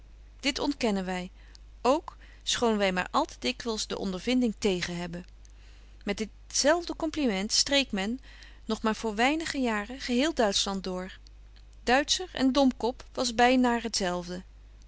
dit ontkennen wy ook schoon wy maar te dikwyls de ondervinding tegen hebben met dit zelfde compliment streek men nog maar voor weinige jaren geheel duitschland door duitscher en domkop was